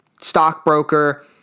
stockbroker